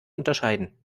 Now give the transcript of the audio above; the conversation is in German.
unterscheiden